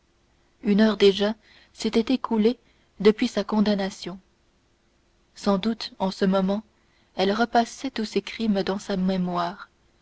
une heure s'était déjà écoulée depuis sa condamnation sans doute en ce moment elle repassait tous ses crimes dans sa mémoire